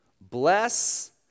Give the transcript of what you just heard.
bless